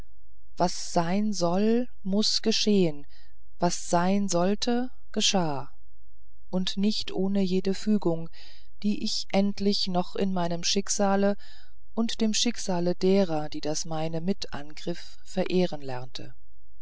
was sein soll muß geschehen was sein sollte geschah und nicht ohne jene fügung die ich endlich noch in meinem schicksale und dem schicksale derer die das meine mit angriff verehren lernte